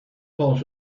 paws